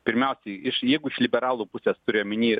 pirmiausiai iš jeigu iš liberalų pusės turiu omeny